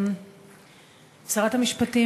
שרת המשפטים,